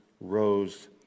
rose